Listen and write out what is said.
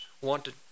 wanted